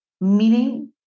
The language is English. meaning